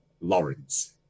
Lawrence